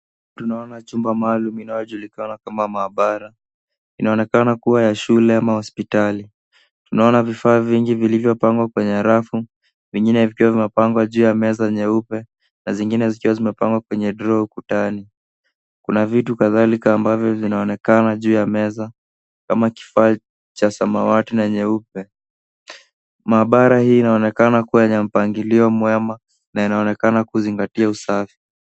Tunaona chumba maalumu inayojulikana kama maabara. Inaonekana kuwa ya shule ama hospitali. Tunaona vifaa vingi vilivyopangwa kwenye rafu, vingine pia vimepangwa juu ya meza nyeupe na zingine zikiwa zimepangwa kwenye drowa ukutani. Kuna vitu kadhalika ambavyo vinaonekana juu ya meza ama kifaa cha samawati na nyeupe. Maabara hii inaonekana kuwa na mpangilio mwema na inaonekana kuzingatia usafi.